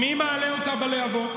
מי מעלה אותה בלהבות?